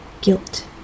guilt